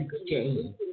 exchange